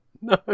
No